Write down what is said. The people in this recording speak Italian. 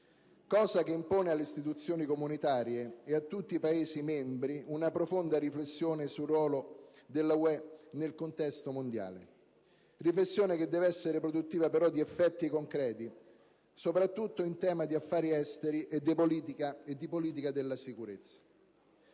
cosa che impone alle istituzioni comunitarie e a tutti i Paesi membri una profonda riflessione sul ruolo dell'Unione europea nel contesto mondiale, riflessione che deve essere produttiva però di effetti concreti, soprattutto in tema di affari esteri e di politica della sicurezza.